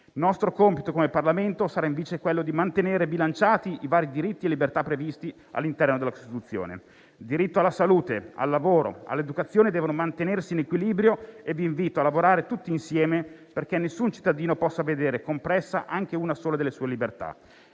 Il compito del Parlamento sarà invece quello di mantenere bilanciati i vari diritti e libertà previsti dalla Costituzione: i diritti alla salute, al lavoro e all'educazione devono mantenersi in equilibrio e vi invito a lavorare tutti insieme perché nessun cittadino possa vedere compressa anche una sola delle sue libertà